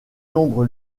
nombre